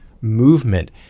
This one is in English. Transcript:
movement